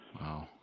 Wow